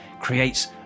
creates